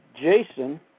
Jason